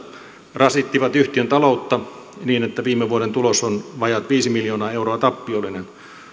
rasittivat yhtiön taloutta niin että viime vuoden tulos on vajaat viisi miljoonaa euroa tappiollinen